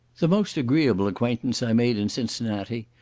the most agreeable acquaintance i made in cincinnati,